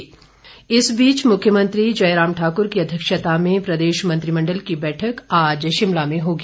मंत्रिमंडल इस बीच मुख्यमंत्री जयराम ठाक्र की अध्यक्षता में प्रदेश मंत्रिमंडल की बैठक आज शिमला में होगी